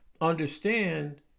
understand